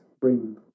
bring